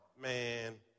man